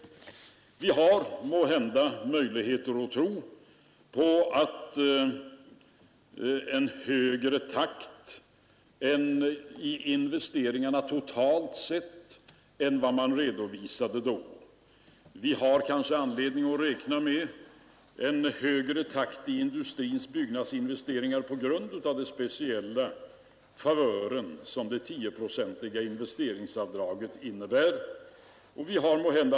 Vi har måhända förutsättningar att tro på en högre takt i investeringarna totalt sett än vad som där redovisas. Vi har kanske anledning att räkna med en högre takt i industrins byggnadsinvesteringar på grund av den speciella favör som det 10-procentiga investeringsavdraget innebär.